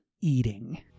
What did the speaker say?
eating